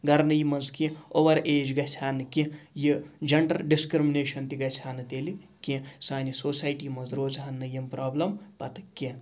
گَرنٕے منٛز کینٛہہ over age گَژھِ ہا نہٕ کینٛہہ یہِ جَنڈَر ڈِسکرٛمنیشَن تہِ گژھِ ہا نہٕ تیٚلہِ کینٛہہ سانہِ سوسایٹی منٛز روزِہا نہٕ یِم پرٛابلِم پَتہٕ کیٚنہہ